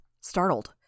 startled